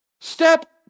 Step